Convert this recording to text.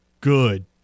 good